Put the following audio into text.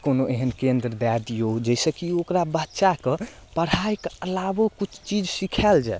कोनो एहन केन्द्र दए दियौ जाहिसँ कि ओकरा बच्चाके पढ़ाइके अलावो कुछ चीज सिखायल जाए